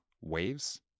waves